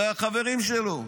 הרי החברים שלו,